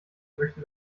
möchte